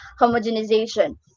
homogenization